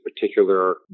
particular